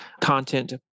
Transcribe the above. content